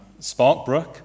Sparkbrook